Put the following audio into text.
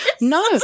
no